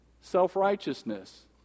self-righteousness